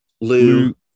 Lou